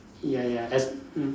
ya ya as mm